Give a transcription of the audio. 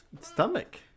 stomach